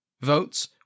Votes